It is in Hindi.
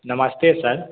नमस्ते सर